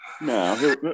No